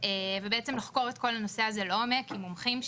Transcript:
עם מומחים,